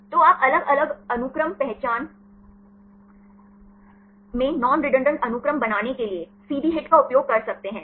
तो आप अलग अलग अनुक्रम पहचान में नॉन रेडंडान्त अनुक्रम बनाने के लिए एक CD HIT का उपयोग कर सकते हैं